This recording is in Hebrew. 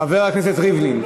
חבר הכנסת ריבלין,